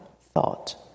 thought